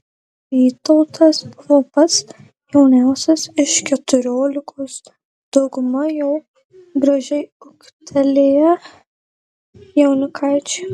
vytautas buvo pats jauniausias iš keturiolikos dauguma jau gražiai ūgtelėję jaunikaičiai